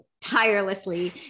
tirelessly